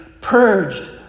purged